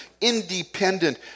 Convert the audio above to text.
independent